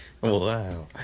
wow